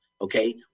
okay